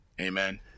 Amen